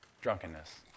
Drunkenness